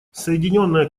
соединенное